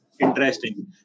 Interesting